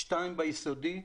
שתיים ביסודי,